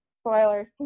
spoilers